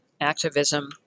activism